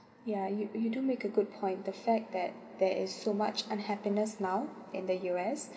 yeah you you don't make a good point the fact that there is so much unhappiness now in the U_S